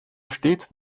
stets